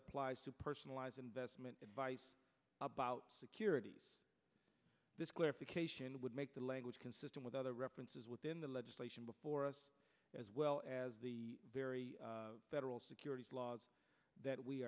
applies to personalise investment advice about security this clarification would make the language consistent with other references within the legislation before us as well as the federal securities laws that we